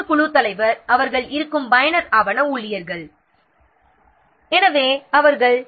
மற்றொரு குழு தலைவர் அவர்கள் பயனர் ஆவண ஊழியர்கள்